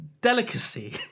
delicacy